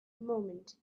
moment